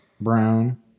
Brown